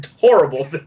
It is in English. Horrible